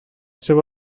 seu